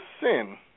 sin